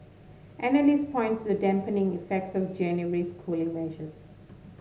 analysts points the dampening effects of January's cooling measures